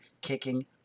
kicking